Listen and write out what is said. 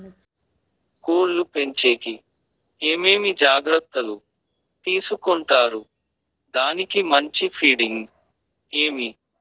కోళ్ల పెంచేకి ఏమేమి జాగ్రత్తలు తీసుకొంటారు? దానికి మంచి ఫీడింగ్ ఏమి?